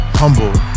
humble